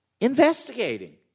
investigating